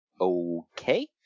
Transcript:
Okay